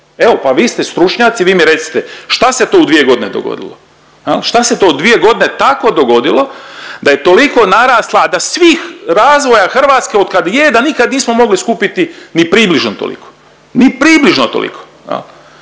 Evo pa vi ste stručnjaci vi mi recite šta se to u 2 dogodilo. Šta se to u 2 godine tako dogodilo da je toliko narasla a da svih razvoja Hrvatske od kad je da nikad mogli skupiti ni približno toliko, ni približno toliko